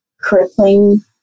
crippling